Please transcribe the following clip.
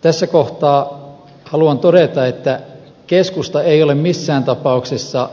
tässä kohtaa haluan todeta että keskusta ei ole missään tapauksessa